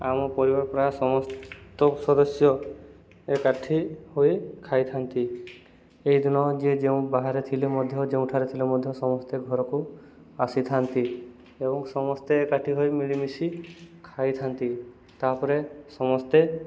ଆମ ପରିବାର ପ୍ରାୟ ସମସ୍ତ ସଦସ୍ୟ ଏକାଠି ହୋଇ ଖାଇଥାନ୍ତି ଏଇଦିନ ଯିଏ ଯେଉଁ ବାହାରେ ଥିଲେ ମଧ୍ୟ ଯେଉଁଠାରେ ଥିଲେ ମଧ୍ୟ ସମସ୍ତେ ଘରକୁ ଆସିଥାନ୍ତି ଏବଂ ସମସ୍ତେ ଏକାଠି ହୋଇ ମିଳିମିଶି ଖାଇଥାନ୍ତି ତା'ପରେ ସମସ୍ତେ